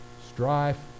strife